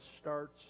starts